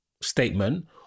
statement